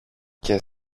και